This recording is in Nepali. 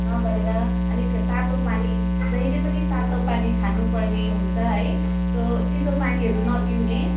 नगरेर अलिक तातो पानी जहिले पनि तातो पानी खानुपर्ने हुन्छ है सो चिसो पानीहरू नपिउने